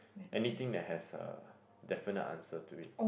anything that has a definite answer to it